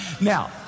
Now